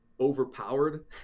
overpowered